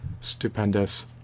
stupendous